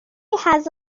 has